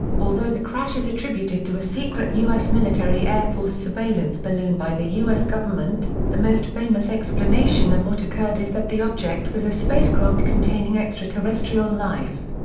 although the crash is attributed to a secret u s. military air force surveillance balloon by the u s. government, the most famous explanation of what occurred is that the object was a spacecraft containing extraterrestrial life.